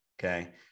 okay